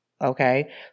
okay